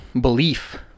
belief